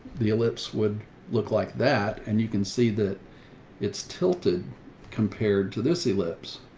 the ellipse would look like that, and you can see that it's tilted compared to this ellipse